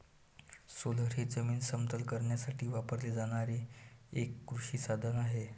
roller हे जमीन समतल करण्यासाठी वापरले जाणारे एक कृषी साधन आहे